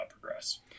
progress